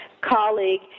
colleague